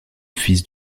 fils